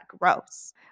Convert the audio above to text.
gross